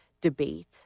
debate